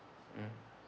mm